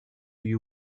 you